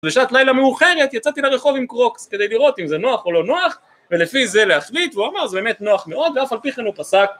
בשעת לילה מאוחרת, יצאתי לרחוב עם קרוקס, כדי לראות אם זה נוח או לא נוח ולפי זה להחליט, והוא אמר, זה באמת נוח מאוד, אף על פי כן הוא פסק...